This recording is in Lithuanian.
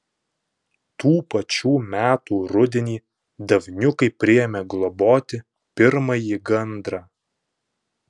tų pačių metų rudenį davniukai priėmė globoti pirmąjį gandrą